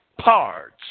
parts